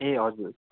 ए हजुर